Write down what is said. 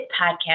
podcast